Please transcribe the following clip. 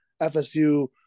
FSU